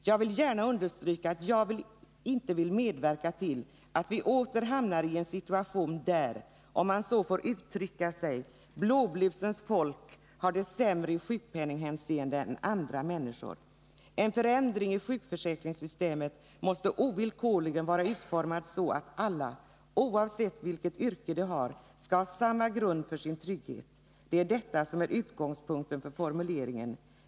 Jag vill gärna understryka att jag Nr 46 inte vill medverka till att vi åter hamnar i en situation där — om man så får Torsdagen den uttrycka sig — blåblusens folk har det sämre i sjukpenninghänseende än andra 11 december 1980 människor. En förändring i sjukförsäkringssystemet måste ovillkorligen vara utformad så att alla, oavsett vilket yrke de har, skall ha samma grund för sin Besparingar i trygghet. Det är detta som är utgångspunkten för formuleringen.